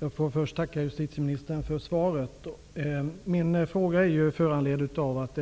Herr talman! Jag tackar justitieministern för svaret. Min fråga är föranledd av att